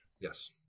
yes